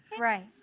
right.